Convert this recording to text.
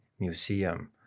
museum